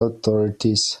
authorities